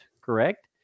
correct